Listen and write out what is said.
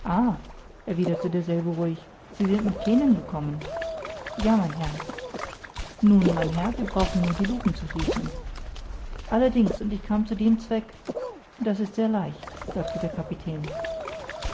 erwiderte derselbe ruhig sie sind mit kähnen gekommen ja mein herr nun mein herr wir brauchen nur die lucken zu schließen allerdings und ich kam zu dem zweck das ist sehr leicht sagte der kapitän